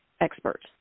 expert